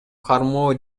кармоо